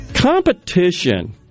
Competition